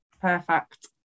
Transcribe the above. perfect